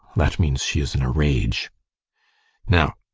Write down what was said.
that means she is in a rage now,